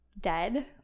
dead